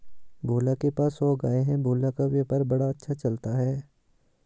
भोला के पास सौ गाय है भोला का दूध का व्यापार बड़ा अच्छा चलता है